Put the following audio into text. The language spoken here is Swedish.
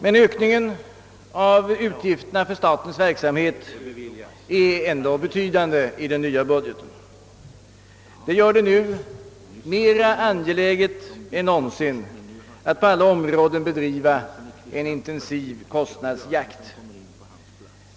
Men ökningen av utgifterna för statens verksamhet är ändå betydande i den nya budgeten. Detta gör det nu mer angeläget än någonsin att bedriva en intensiv kostnadsjakt.